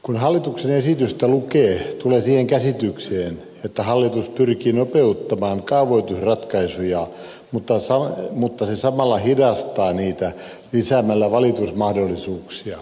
kun hallituksen esitystä lukee tulee siihen käsitykseen että hallitus pyrkii nopeuttamaan kaavoitusratkaisuja mutta se samalla hidastaa niitä lisäämällä valitusmahdollisuuksia